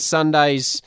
Sunday's